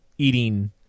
Eating